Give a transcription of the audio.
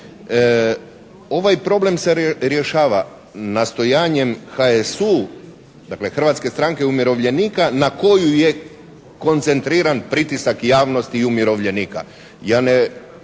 ovaj problem se rješava nastojanjem HSU, dakle Hrvatske stranke umirovljenika na koju je koncentriran pritisak javnosti i umirovljenika.